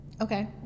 Okay